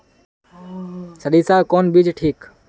सरीसा कौन बीज ठिक?